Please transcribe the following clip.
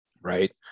right